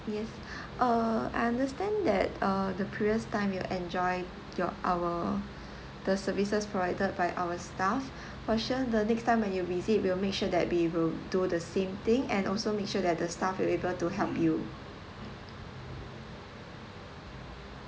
yes uh I understand that uh the previous time you enjoy your our the services provided by our staff for sure the next time when you visit we'll make sure that we will do the same thing and also make sure that the staff will able to help you